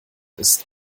ist